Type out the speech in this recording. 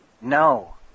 No